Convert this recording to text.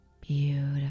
Beautiful